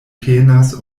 penas